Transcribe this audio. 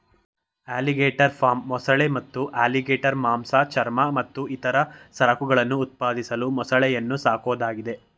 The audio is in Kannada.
ಅಲಿಗೇಟರ್ ಫಾರ್ಮ್ ಮೊಸಳೆ ಮತ್ತು ಅಲಿಗೇಟರ್ ಮಾಂಸ ಚರ್ಮ ಮತ್ತು ಇತರ ಸರಕುಗಳನ್ನು ಉತ್ಪಾದಿಸಲು ಮೊಸಳೆಯನ್ನು ಸಾಕೋದಾಗಿದೆ